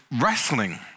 wrestling